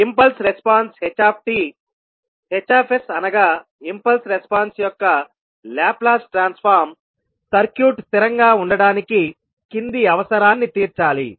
impulse response htHsఅనగా impulse response యొక్క Laplace transform circuit స్థిరంగా ఉండటానికి కింది అవసరాన్ని తీర్చాలి